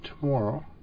tomorrow